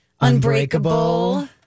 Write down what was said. Unbreakable